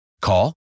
Call